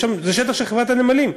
זה שטח של חברת הנמלים,